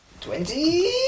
Twenty